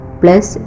plus